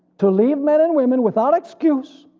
to leave men and women without excuse,